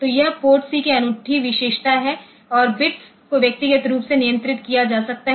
तो यह port C की अनूठी विशेषता है और बिट्स को व्यक्तिगत रूप से नियंत्रित किया जा सकता है